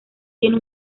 tiene